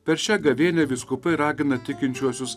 per šią gavėnią vyskupai ragina tikinčiuosius